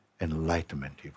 enlightenment